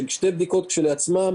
שתי בדיקות כשלעצמן,